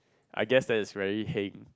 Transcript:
I guess that is very heng